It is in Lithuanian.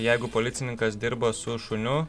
jeigu policininkas dirba su šuniu